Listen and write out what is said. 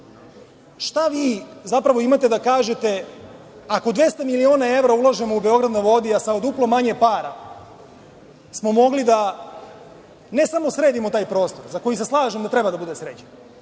šta vi zapravo imate da kažete ako je 200 miliona evra uloženo u „Beograd na vodi“, a sa duplo manje para smo mogli da ne samo sredimo taj prostor, za koji se slažem da treba da bude sređen,